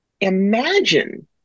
imagine